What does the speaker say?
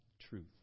truth